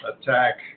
attack